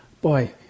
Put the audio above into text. boy